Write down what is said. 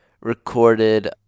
recorded